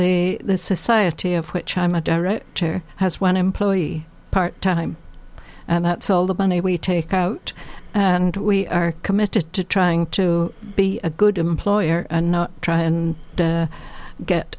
the society of which i am a director has one employee part time and that's all the money we take out and we are committed to trying to be a good employer and not try and get